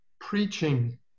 preaching